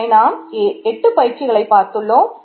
இதுவரை நாம் 8 பயிற்சிகளை பார்த்துள்ளோம்